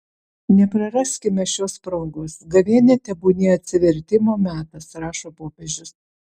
nepraraskime šios progos gavėnia tebūnie atsivertimo metas rašo popiežius